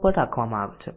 સમાવી લેતા હોય છે